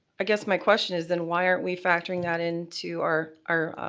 i guess my question is then why aren't we factoring that into our our